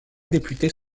députés